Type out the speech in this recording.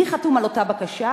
מי חתום על אותה בקשה?